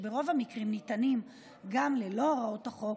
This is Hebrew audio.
שברוב המקרים ניתנים גם ללא הוראות החוק,